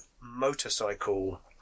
motorcycle